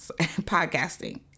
podcasting